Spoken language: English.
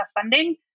funding